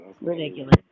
Ridiculous